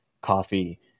coffee